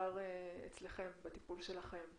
מעצר אצלכם, בטיפול שלכם.